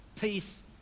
peace